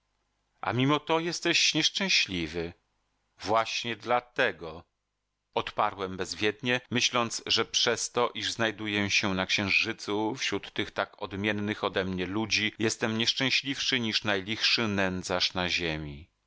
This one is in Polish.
a mimo to jesteś nieszczęśliwy właśnie dla tego odparłem bezwiednie myśląc że przez to iż znajduję się na księżycu wśród tych tak odmiennych odemnie ludzi jestem nieszczęśliwszy niż najlichszy nędzarz na ziemi